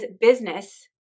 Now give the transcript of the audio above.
business